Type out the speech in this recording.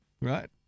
Right